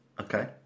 Okay